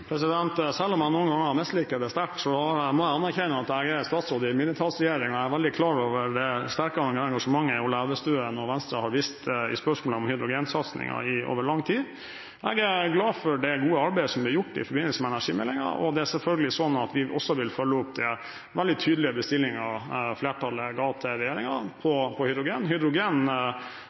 i en mindretallsregjering, og jeg er veldig klar over det sterke engasjementet Ola Elvestuen og Venstre har vist i spørsmålet om hydrogensatsing over lang tid. Jeg er glad for det gode arbeidet som er gjort i forbindelse med energimeldingen, og det er selvfølgelig slik at vi også vil følge opp den veldig tydelige bestillingen flertallet ga til regjeringen når det gjelder hydrogen. Hydrogen